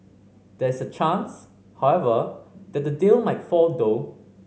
there is a chance however that the deal might fall through